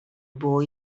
było